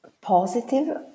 Positive